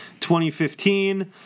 2015